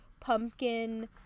pumpkin